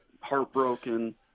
heartbroken